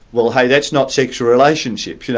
well hey, that's not sexual relationship', you know,